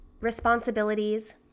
responsibilities